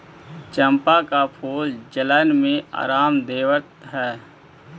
चंपा का फूल जलन में आराम देवअ हई